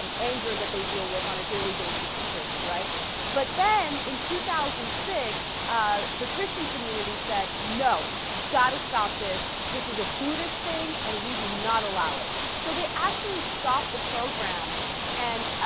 um anger that they deal with on a daily basis and present right but then in two thousand six ah. the christian community said no dot to stop this this is a buddhist thing and we do not allow it so they actually stop the program and ah.